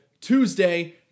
Tuesday